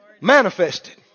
Manifested